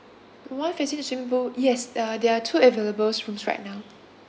the one facing the swimming pool yes uh there are two available rooms right now